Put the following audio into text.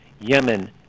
Yemen